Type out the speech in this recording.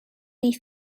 leaf